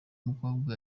mukobwa